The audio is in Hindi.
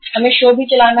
हम शो भी चलाना है